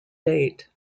date